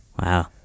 Wow